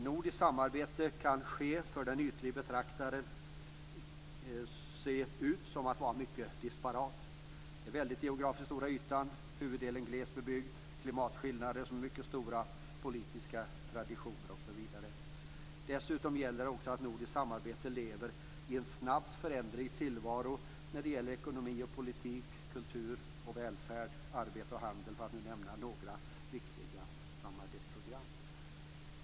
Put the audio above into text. Nordiskt samarbete kan vid en ytlig betraktelse se ut att vara mycket disparat. Det handlar om en geografiskt väldigt stora yta där huvuddelen är glest bebyggd, mycket stora klimatskillnader, olika politiska traditioner osv. Dessutom sker det nordiska samarbetet i en snabbt föränderlig tillvaro när det gäller ekonomi och politik, kultur och välfärd, arbete och handel - för att nu nämna några viktiga samarbetsprogram.